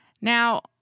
Now